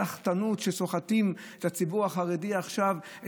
הסחטנות שסוחטים את הציבור החרדי עכשיו, תודה.